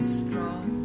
strong